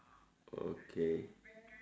okay